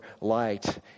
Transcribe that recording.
light